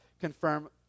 confirm